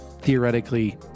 theoretically